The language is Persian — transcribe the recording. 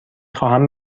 خواهم